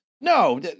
No